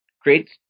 creates